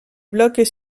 blocs